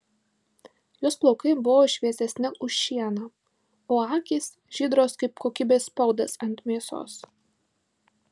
jos plaukai buvo šviesesni už šieną o akys žydros kaip kokybės spaudas ant mėsos